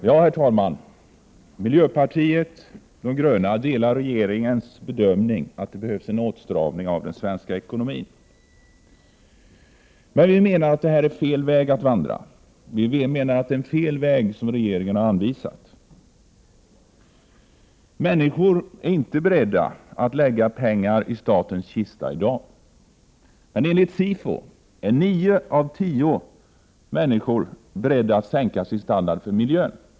Herr talman! Miljöpartiet de gröna delar regeringens bedömning att det behövs en åtstramning av den svenska ekonomin. Men vi menar att det här är fel väg att vandra. Regeringen har anvisat en felaktig väg. Människorna är i daginte beredda att lägga pengar i statens kista. Men enligt SIFO är nio av tio människor beredda att sänka sin standard för miljön.